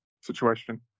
situation